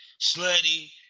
slutty